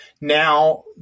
Now